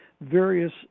various